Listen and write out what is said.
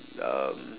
um